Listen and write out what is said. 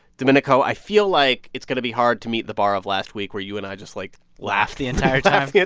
domenico, i feel like it's going be hard to meet the bar of last week, where you and i just, like, laughed the entire time